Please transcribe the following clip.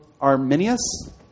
Arminius